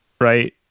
right